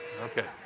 Okay